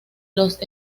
los